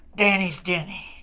danny's denny.